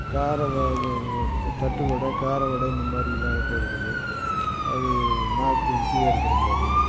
காரம் வா இது வா த தட்டு வடை கார வடை இந்த மாதிரிலாம் ஐட்டம் இருக்குது அது நாக்கு ருசியாக இருக்கற மாதிரி